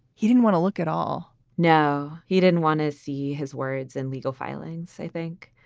he didn't want to look at all. no, he didn't want to see his words in legal filings, i think.